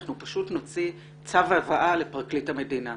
אנחנו פשוט נוציא צו הבאה לפרקליט המדינה.